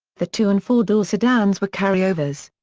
the two and four door sedans were carryovers.